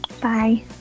Bye